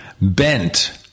bent